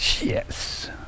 Yes